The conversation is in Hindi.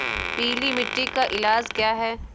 पीली मिट्टी का इलाज क्या है?